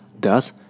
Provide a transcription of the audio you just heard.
thus